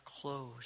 closed